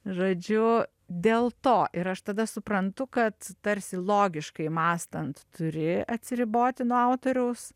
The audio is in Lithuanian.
žodžiu dėl to ir aš tada suprantu kad tarsi logiškai mąstant turi atsiriboti nuo autoriaus